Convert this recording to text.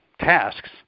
tasks